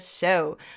show